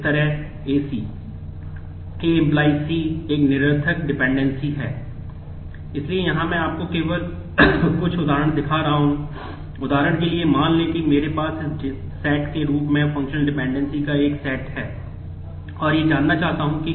इसलिए यहां मैं आपको केवल कुछ उदाहरण दिखा रहा हूं